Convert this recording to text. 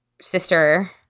sister –